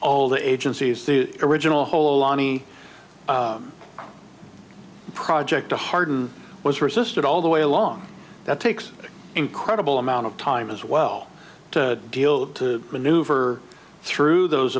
all the agencies the original whole lonny the project to harden was resisted all the way along that takes incredible amount of time as well to deal to maneuver through those